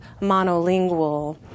monolingual